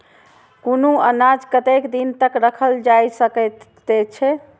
कुनू अनाज कतेक दिन तक रखल जाई सकऐत छै?